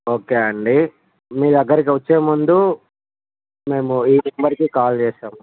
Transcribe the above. okay అండి మీ దగ్గరకి వచ్చే ముందు మేము ఈ నెంబర్కి కాల్ చేస్తాము